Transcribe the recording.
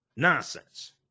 Nonsense